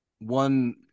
one